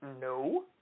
No